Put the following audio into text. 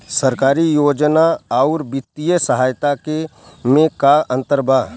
सरकारी योजना आउर वित्तीय सहायता के में का अंतर बा?